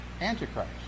Antichrist